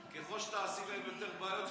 ככל שתעשי להם יותר בעיות,